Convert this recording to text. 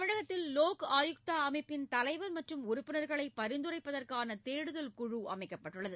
தமிழ்நாட்டில் லோக் ஆயுக்தா அமைப்பின் தலைவர் மற்றும் உறுப்பினர்களை பரிந்துரைப்பதற்கான தேடுதல் குழு அமைக்கப்பட்டுள்ளது